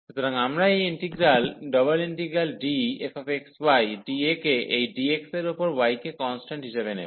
সুতরাং আমরা এই ইন্টিগ্রাল ∬DfxydA কে এই dx এর উপর y কে কন্সট্যান্ট হিসাবে নেব